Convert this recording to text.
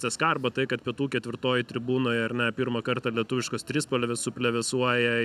cska arba tai kad pietų ketvirtojoj tribūnoj ar ne pirmą kartą lietuviškos trispalvės suplevėsuoja